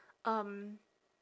um